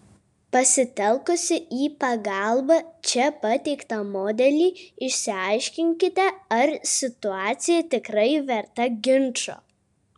pasitelkusi į pagalbą čia pateiktą modelį išsiaiškinkite ar situacija tikrai verta ginčo